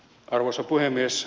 arvoisa puhemies